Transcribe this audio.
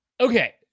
okay